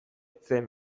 zen